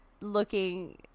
looking